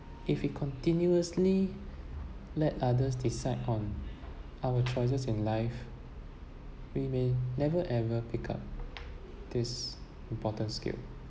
if we continuously let others decide on our choices in life we may never ever pick up this important skill